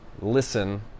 listen